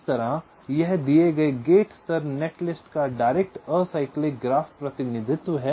इस तरह यह दिए गए गेट स्तर नेटलिस्ट का डायरेक्ट असाइक्लिक ग्राफ प्रतिनिधित्व है